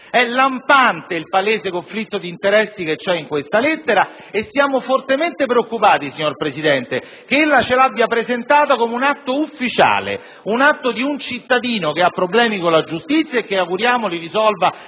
È lampante il conflitto d'interessi che c'è in questa lettera e siamo fortemente preoccupati, signor Presidente, che lei l'abbia presentata come un atto ufficiale. Un atto di un cittadino che ha problemi con la giustizia, che auguriamo risolva nella sede